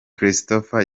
christopher